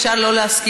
אפשר לא להסכים,